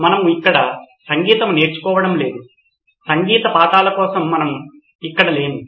మనము ఇక్కడ సంగీతం నేర్చుకోవడం లేదు సంగీత పాఠాల కోసం మనము ఇక్కడ లేము